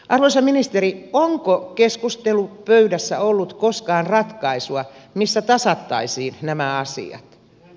arvoisa ministeri onko keskustelupöydässä ollut koskaan ratkaisua missä tasattaisiin nämä asiat